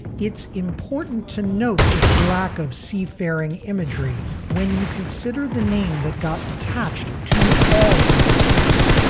it's important to note this lack of seafaring imagery when you consider the name that got attached to all of this music.